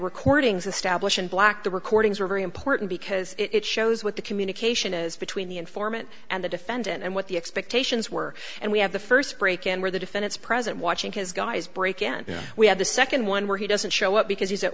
recordings establish in black the recordings were very important because it shows what the communication is between the informant and the defendant and what the expectations were and we have the first break in where the defend its present watching his guys break and we have the second one where he doesn't show up because he's at